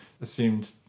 assumed